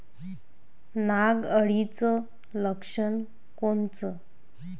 नाग अळीचं लक्षण कोनचं?